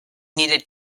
needed